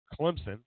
Clemson